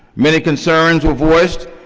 many concerns were voiced,